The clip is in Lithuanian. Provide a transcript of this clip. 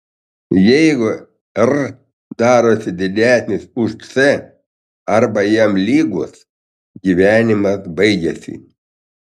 jeigu r darosi didesnis už c arba jam lygus gyvenimas baigiasi